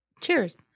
Cheers